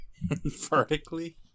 Vertically